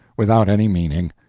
without any meaning.